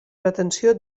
pretensió